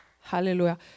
hallelujah